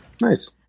nice